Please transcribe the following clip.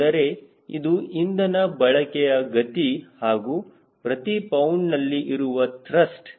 ಅಂದರೆ ಇದು ಇಂಧನ ಬಳಕೆ ಗತಿ ಹಾಗೂ ಪ್ರತಿ ಪೌಂಡ್ ನಲ್ಲಿ ಇರುವ ತಸ್ಟ್